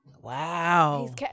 Wow